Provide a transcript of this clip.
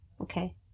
Okay